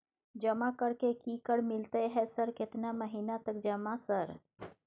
जमा कर के की कर मिलते है सर केतना महीना तक जमा सर?